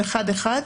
עם אחד אחד,